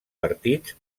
partits